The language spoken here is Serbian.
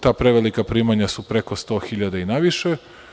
Ta prevelika primanja su preko 100 hiljada i naviše.